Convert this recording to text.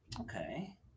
Okay